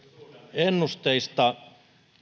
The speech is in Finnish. ennusteista